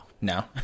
no